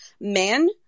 men